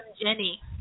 Jenny